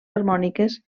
harmòniques